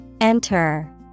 Enter